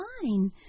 fine